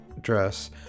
Dress